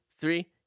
three